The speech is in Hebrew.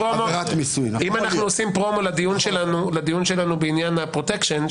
אם אנחנו עושים פרומו לדיון שלנו בעניין הפרוטקשן,